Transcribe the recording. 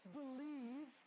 believe